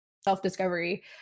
self-discovery